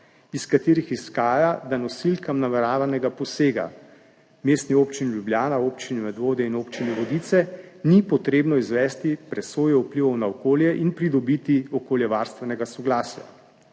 iz katerih izhaja, da nosilkam nameravanega posega v Mestni občini Ljubljana, v Občini Medvode in Občini Vodice ni treba izvesti presoje vplivov na okolje in pridobiti okoljevarstvenega soglasja.